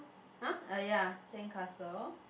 !huh! uh ya sandcastle